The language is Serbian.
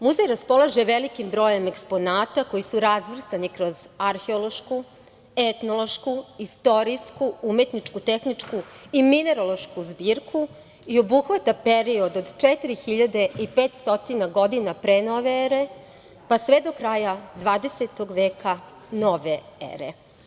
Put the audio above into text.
Muzej raspolaže velikim brojem eksponata, koji su razvrstani kroz arheološku, etnološku i istorijsku, umetničku, tehničku i minerološku zbirku i obuhvata period od 4500 godina pre nove ere, pa sve do kraja 20. veka, nove ere.